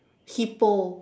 hippo